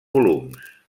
volums